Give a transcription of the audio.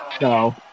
No